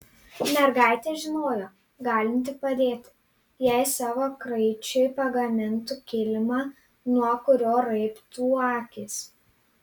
mergaitė žinojo galinti padėti jei savo kraičiui pagamintų kilimą nuo kurio raibtų akys